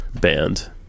band